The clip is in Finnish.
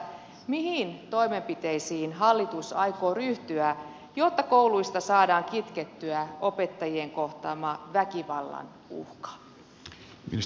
mihin toimenpiteisiin hallitus aikoo ryhtyä jotta kouluista saadaan kitkettyä opettajien kohtaama väkivallan uhka